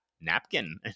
Napkin